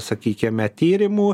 sakykime tyrimų